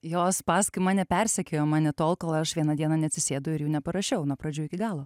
jos paskui mane persekiojo mane tol kol aš vieną dieną neatsisėdau ir jų neparašiau nuo pradžių iki galo